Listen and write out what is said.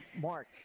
Mark